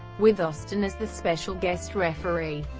with austin as the special guest referee.